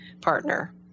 partner